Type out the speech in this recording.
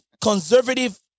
conservative